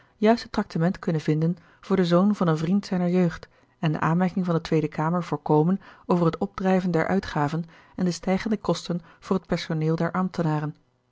juist het tractement kunnen vinden voor den zoon van een vriend zijner jeugd en de aanmerking van de tweede kamer voorkomen over het opdrijven der uitgaven gerard keller het testament van mevrouw de tonnette en de stijgende kosten voor het personeel der ambtenaren